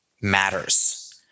matters